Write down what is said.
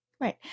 Right